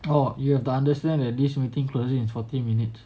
oh you have to understand that this meeting closing in forty minutes